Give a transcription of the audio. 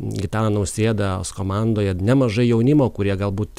gitano nausėdas komandoje nemažai jaunimo kurie galbūt